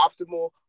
optimal